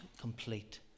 complete